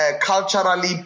culturally